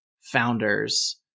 founders